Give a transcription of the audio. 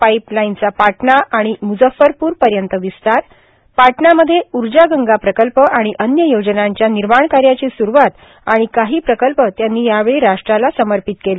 pipe लाईनचा पाटणा आणि म्जफ्फरपूर पर्यंत विस्तार पाटणामध्ये ऊर्जा गंगा प्रकल्प आणि अन्य योजनांच्या निर्माण कार्याची स्रवात आणि काही प्रकल्प त्यांनी यावेळी राष्ट्राला समर्पित केले